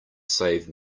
save